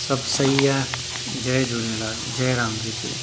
सभु सही आहे जय झूलेलाल जय राम जी की